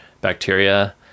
bacteria